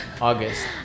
august